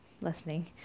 listening